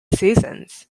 seasons